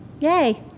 Yay